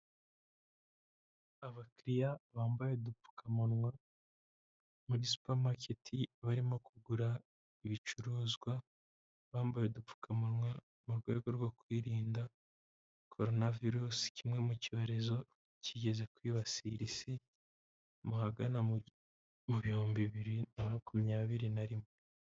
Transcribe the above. Abakiriya bambaye udupfukamunwa muri supermarket, barimo kugura ibicuruzwa, bambaye udupfukamunwa mu rwego rwo kwirinda koronavirusi, kimwe mu cyorezo kigeze kwibasira Isi, mu hagana mu bihumbi bibiri na makumyabiri na rimwe.